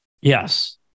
Yes